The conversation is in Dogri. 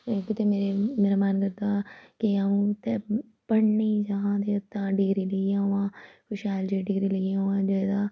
कुतै मेरे मेरा मन करदा के अ'ऊं उत्थै पढ़ने गी जां ते उत्थां डिग्री लेइयै आवा कोई शैल जेही डिग्री लेई आवां जेह्दा